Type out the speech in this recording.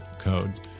code